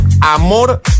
amor